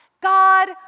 God